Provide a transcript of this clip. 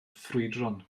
ffrwydron